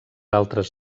altres